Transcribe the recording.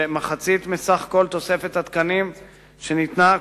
ומחצית מתוספת התקנים שניתנה,